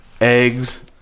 eggs